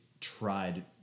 tried